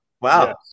Wow